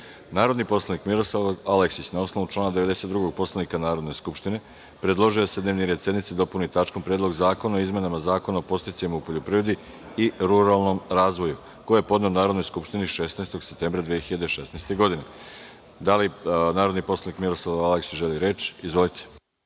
predlog. Narodni poslanik Miroslav Aleksić na osnovu člana 92. Poslovnika Narodne skupštine predložio je da se dnevni red sednice dopuni tačkom – Predlog zakona o izmenama Zakona o podsticajima u poljoprivredi i ruralnom razvoju, koji je podneo Narodnoj skupštini 16. septembra 2016. godine. Da li narodni poslanik Miroslav Aleksić želi reč? (Da)Izvolite.